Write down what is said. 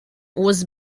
was